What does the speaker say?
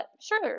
sure